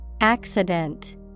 Accident